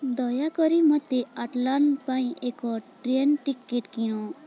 ଦୟାକରି ମୋତେ ଆଟଲାଣ୍ଟା ପାଇଁ ଏକ ଟ୍ରେନ ଟିକେଟ୍ କିଣ